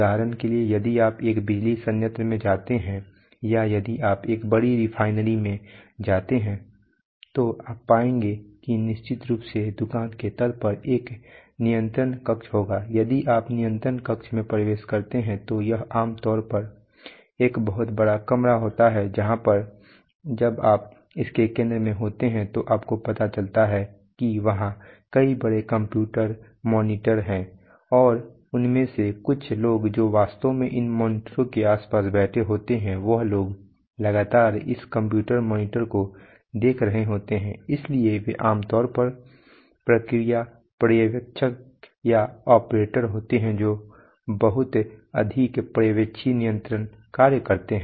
उदाहरण के लिए यदि आप एक बिजली संयंत्र में जाते हैं या यदि आप एक बड़ी रिफाइनरी में जाते हैं तो आप पाएंगे कि निश्चित रूप से दुकान के तल पर एक नियंत्रण कक्ष होगा यदि आप नियंत्रण कक्ष में प्रवेश करते हैं तो यह आमतौर पर एक बहुत बड़ा कमरा होता है जहां पर जब आप इसके केंद्र में होते हैं तो आपको पता चलता है कि वहां कई बड़े कंप्यूटर मॉनिटर हैं और उनमें से कुछ लोग जो वास्तव में इन मॉनिटरों के आसपास बैठे होते हैं वह लोग लगातार इस कंप्यूटर मॉनिटर को देख रहे होते हैं इसलिए वे आम तौर पर प्रक्रिया पर्यवेक्षक या ऑपरेटर होते हैं जो बहुत अधिक पर्यवेक्षी नियंत्रण कार्य करते हैं